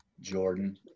Jordan